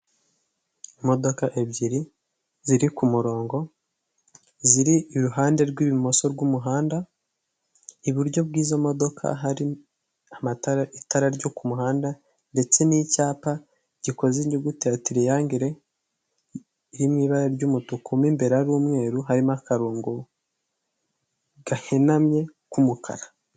Imodoka yo mu bwoko bwa dayihatsu yifashishwa mu gutwara imizigo ifite ibara ry'ubururu ndetse n'igisanduku cy'ibyuma iparitse iruhande rw'umuhanda, aho itegereje gushyirwamo imizigo. Izi modoka zikaba zifashishwa mu kworoshya serivisi z'ubwikorezi hirya no hino mu gihugu. Aho zifashishwa mu kugeza ibintu mu bice bitandukanye by'igihugu.